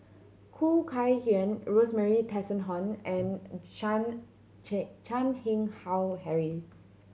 Khoo Kay Hian Rosemary Tessensohn and Chan Chan Keng Howe Harry